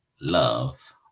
love